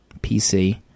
PC